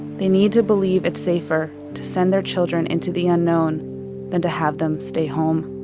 they need to believe it's safer to send their children into the unknown than to have them stay home.